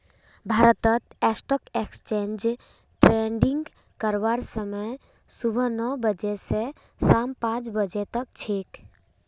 भारतत stock exchange trading करवार समय सुबह नौ बजे स शाम पांच बजे तक छेक